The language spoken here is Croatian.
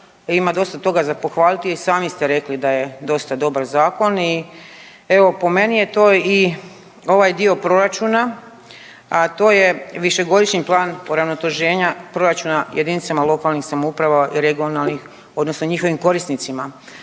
ima dosta toga za pohvaliti i sami ste rekli da je dosta dobar zakon i evo, po meni je to i ovaj dio proračuna, a to je višegodišnji plan .../Govornik se ne razumije./... proračuna jedinicama lokalnih samouprava i regionalnih odnosno njihovim korisnicima,